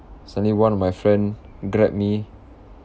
suddenly one of my friend grabbed me